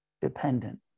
Dependent